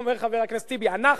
אומר חבר הכנסת טיבי, אנחנו,